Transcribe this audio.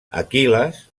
aquil·les